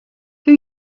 who